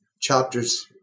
chapters